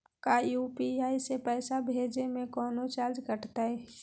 का यू.पी.आई से पैसा भेजे में कौनो चार्ज कटतई?